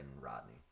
rodney